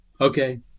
Okay